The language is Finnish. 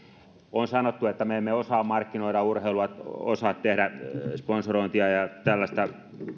on sanottu että me emme osaa markkinoida urheilua osaa tehdä sponsorointia ja tällaista